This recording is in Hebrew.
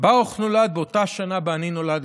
בן-יגאל, ברוך נולד באותה שנה שבה אני נולדתי,